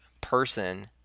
person